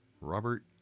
Robert